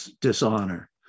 dishonor